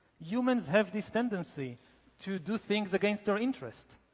humans have this tendency to do things against their interest.